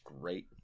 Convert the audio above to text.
great